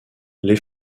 les